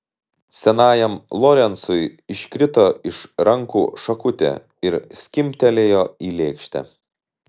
senajam lorencui iškrito iš rankų šakutė ir skimbtelėjo į lėkštę